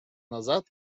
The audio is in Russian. назад